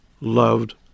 loved